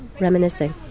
reminiscing